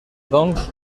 doncs